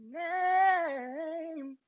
name